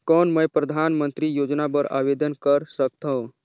कौन मैं परधानमंतरी योजना बर आवेदन कर सकथव?